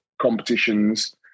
competitions